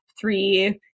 three